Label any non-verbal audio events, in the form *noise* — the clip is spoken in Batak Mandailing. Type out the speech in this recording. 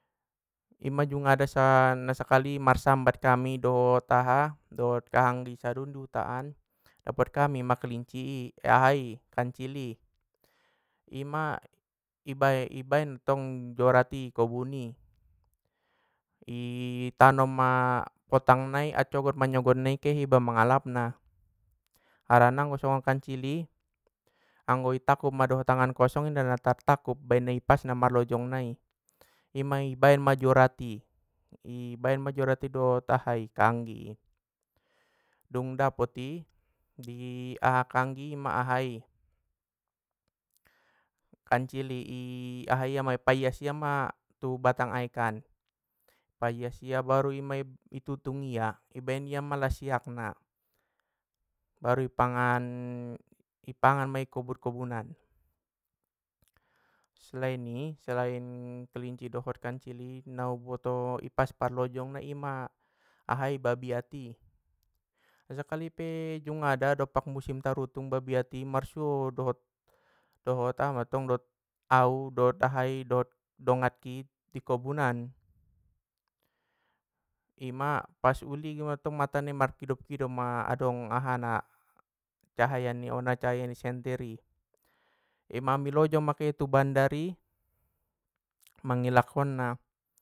Ima jungada sa- na sakali marsambat kami dot aha dot kahanggi i sadun i huta an dapot kami ma kelinci i *hesitation* aha i kancil i, ima i ba- baen tong jorat i kobun i *hesitation* tanom ma potang nai accogot manyogot nai kema mangalap na, harana anggo songon kancil i, anggo i takkup ma dohot tangan kosong ngga na tar takkup, ambaen ipasna parlojong nai ima i baen ma jorat i- i baen ma jorat i dohot ahai, kahanggi i dung dapot i *hesitation* aha kahanggi i ma aha i, kancil i *hesitation* aha ia ma i paias ia ma tu batang aek an, i paias ia baru ima i tutung ia i baen ia ma lasiakna baru i pangan *hesitation* i pangan ma i kobun kobun a. Selain i selain kelinci dot kancil i nauboto na i pas parlojong na ima ahai babiat i, na sakali pe jungada doppak musim tarutung babiat i marsuo doho- dohot aha mantong dohot au dohot aha i dongan ki i kobunan ima pas uligin mantong mata nai kidop kidop ma adong ahana cahaya na ona aha ni cahaya ni senter i ima ami lojong ma ke tu bandar i mangilakhonna.